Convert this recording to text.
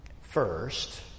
first